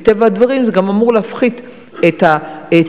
מטבע הדברים זה גם אמור להפחית את התאונות.